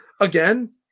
again